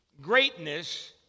Greatness